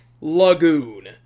Lagoon